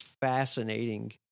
fascinating